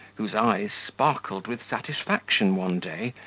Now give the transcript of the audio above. whose eyes sparkled with satisfaction one day,